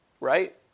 Right